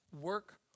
Work